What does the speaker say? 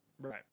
Right